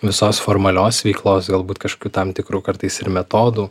visos formalios veiklos galbūt kažkokių tam tikrų kartais ir metodų